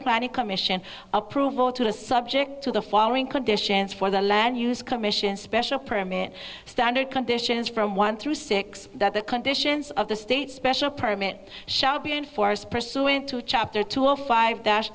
planning commission approval to the subject to the following conditions for the land use commission special permit standard conditions from one through six that the conditions of the state special permit shall be enforced pursuant to a chapter two or five